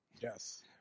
Yes